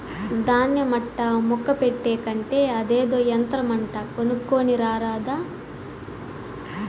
దాన్య మట్టా ముక్క పెట్టే కంటే అదేదో యంత్రమంట కొనుక్కోని రారాదా